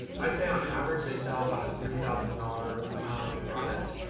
i'd say on average, they sell about a three thousand dollars product.